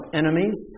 enemies